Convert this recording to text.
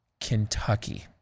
Kentucky